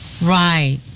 Right